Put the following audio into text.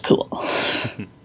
cool